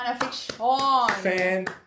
Fan